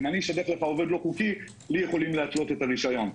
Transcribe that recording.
אם אני אשדך לך עובד לא-חוקי לי יכולים להתנות את הרישיון.